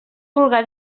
vulga